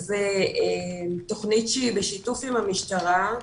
זו תוכנית שהיא בשיתוף עם המשטרה.